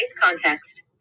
context